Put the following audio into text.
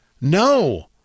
No